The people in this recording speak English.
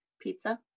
Pizza